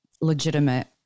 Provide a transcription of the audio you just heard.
legitimate